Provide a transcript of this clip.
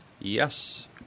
Yes